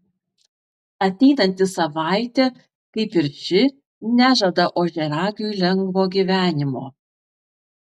ateinanti savaitė kaip ir ši nežada ožiaragiui lengvo gyvenimo